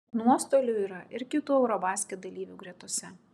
nuostolių yra ir kitų eurobasket dalyvių gretose